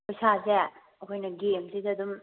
ꯄꯩꯁꯥꯁꯦ ꯑꯩꯈꯣꯏꯅ ꯒꯦꯝꯁꯤꯗ ꯑꯗꯨꯝ